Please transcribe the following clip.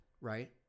right